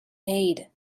made